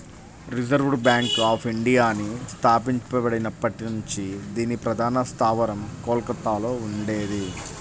reserve bank of ఇండియాని స్థాపించబడినప్పటి నుంచి దీని ప్రధాన స్థావరం కోల్కతలో ఉండేది